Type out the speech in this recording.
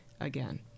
again